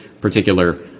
particular